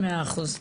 מאה אחוז.